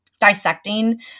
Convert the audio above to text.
dissecting